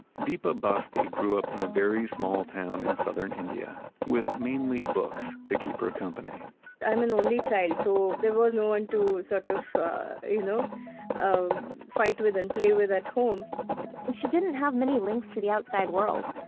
deepa bhasthi grew up in a very small town in southern india with mainly books to keep her company i'm an only child, so there was no one to so to you know um fight with and play with at home and she didn't have many links to the outside world.